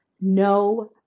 no